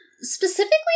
Specifically